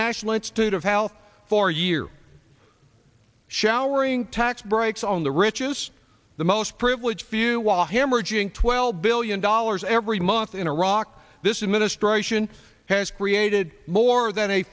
national institute of health for years showering tax breaks on the richest the most privileged few was hemorrhaging twelve billion dollars every month in iraq this administration has created more than a